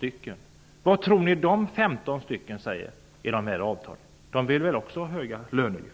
blir aktuell. Vad tror ni att de här 15 personerna säger när det gäller avtalen? De vill väl också höja lönen.